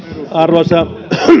arvoisa